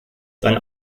dein